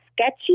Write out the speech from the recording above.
sketchy